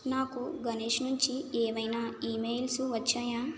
నాకు గణేష్ నుంచి ఏవైనా ఈమెయిల్స్ వచ్చాయా